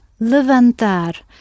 levantar